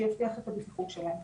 שיבטיח את הבטיחות שלהם.